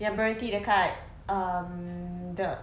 yang berhenti dekat um the